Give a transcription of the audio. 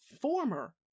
former